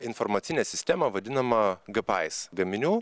informacinę sistemą vadinama gpais gaminių